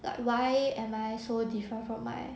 like why am I so different from my